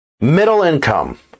Middle-income